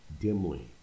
dimly